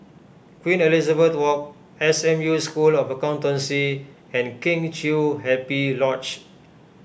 Queen Elizabeth Walk S M U School of Accountancy and Kheng Chiu Happy Lodge